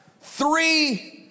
three